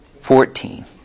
Fourteen